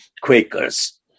Quakers